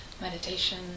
meditation